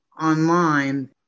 online